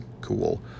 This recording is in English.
cool